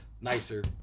nicer